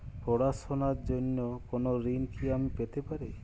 পড়াশোনা র জন্য কোনো ঋণ কি আমি পেতে পারি?